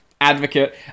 advocate